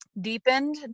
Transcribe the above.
deepened